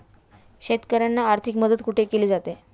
शेतकऱ्यांना आर्थिक मदत कुठे केली जाते?